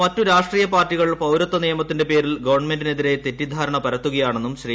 മറ്റ് രാഷ്ട്രീയ പാർട്ടികൾ പൌരത്വ നിയമത്തിന്റെ പേരിൽ ഗവൺമെന്റിനെതിരെ തെറ്റിദ്ധാരണ പരത്തുകയാണെന്നും ശ്രീ